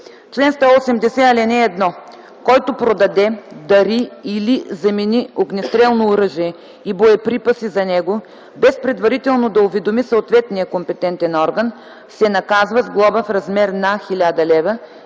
на чл. 180: „Чл. 180. (1) Който продаде, дари или замени огнестрелно оръжие и боеприпаси за него, без предварително да уведоми съответния компетентен орган, се наказва с глоба в размер на 1000 лв.